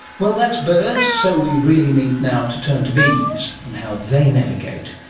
well, that's birds, so we really need now to turn to bees and how they navigate.